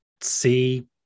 see